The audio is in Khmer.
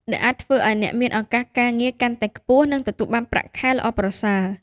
ដែលអាចធ្វើឱ្យអ្នកមានឱកាសការងារកាន់តែខ្ពស់និងទទួលបានប្រាក់ខែល្អប្រសើរ។